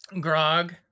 Grog